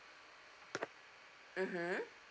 mmhmm